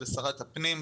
ושרת הפנים,